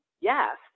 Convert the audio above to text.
yes